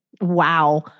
Wow